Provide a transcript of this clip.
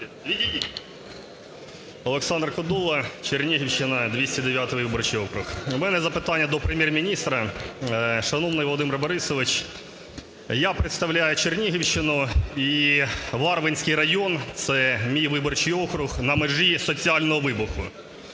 Олександр Кодола, Чернігівщина, 209 виборчий округ. У мене запитання до Прем'єр-міністра. Шановний Володимир Борисович, я представляю Чернігівщину іВарвинський район - це мій виборчий округ, - на межі соціального вибуху.